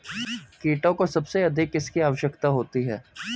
कीटों को सबसे अधिक किसकी आवश्यकता होती है?